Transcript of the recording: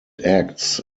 acts